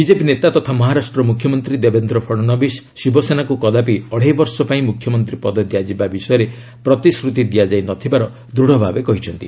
BJP ନେତା ତଥା ମହାରାଷ୍ଟ୍ର ମୁଖ୍ୟମନ୍ତ୍ରୀ ଦେବେନ୍ଦ୍ର ଫଡ଼ନବୀଶ ଶିବସେନାକୁ କଦାପି ଅଢ଼େଇ ବର୍ଷପାଇଁ ମୁଖ୍ୟମନ୍ତ୍ରୀ ପଦ ଦିଆଯିବା ବିଷୟରେ ପ୍ରତିଶ୍ରୁତି ଦିଆଯାଇ ନ ଥିବାର ଦୃଢ଼ ଭାବେ କହିଛନ୍ତି